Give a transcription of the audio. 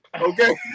Okay